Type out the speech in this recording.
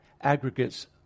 aggregates